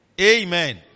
Amen